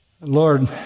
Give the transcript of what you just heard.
Lord